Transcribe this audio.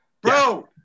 Bro